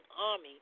army